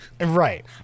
Right